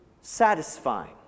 satisfying